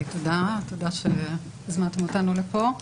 תודה שהזמנתם אותנו לפה,